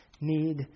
need